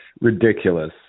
Ridiculous